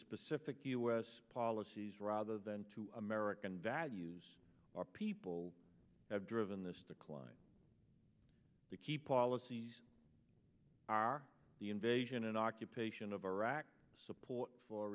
specific u s policies rather than to american values or people have driven this decline the key policies are the invasion and occupation of iraq support for